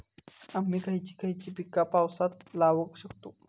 आम्ही खयची खयची पीका पावसात लावक शकतु?